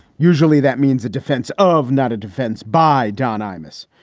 usually that means a defense of not a defense by don imus.